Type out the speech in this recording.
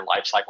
Lifecycle